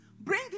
Bring